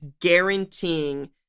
guaranteeing